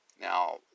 Now